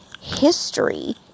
history